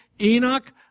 Enoch